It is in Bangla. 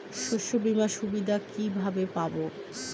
শস্যবিমার সুবিধা কিভাবে পাবো?